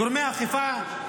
גורמי האכיפה,